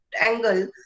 angle